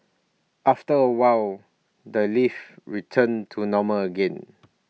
after A while the lift returned to normal again